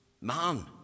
man